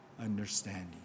understanding